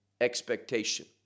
expectation